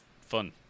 fun